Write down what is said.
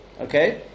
Okay